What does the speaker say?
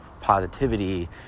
positivity